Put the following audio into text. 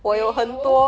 没有